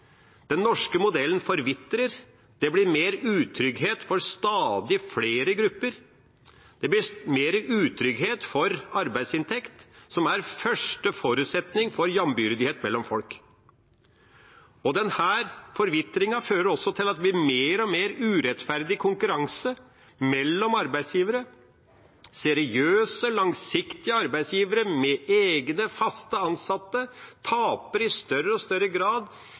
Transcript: Den norske modellen forvitrer, det blir mer utrygghet for stadig flere grupper. Det blir mer utrygghet for arbeidsinntekt, som er første forutsetning for jevnbyrdighet mellom folk. Og denne forvitringen fører også til at det blir mer og mer urettferdig konkurranse mellom arbeidsgivere. Seriøse, langsiktige arbeidsgivere med egne fast ansatte taper i større og større grad